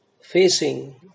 facing